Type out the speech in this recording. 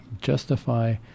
justify